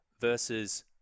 versus